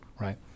right